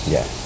Yes